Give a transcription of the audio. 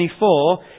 24